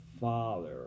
Father